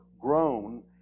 grown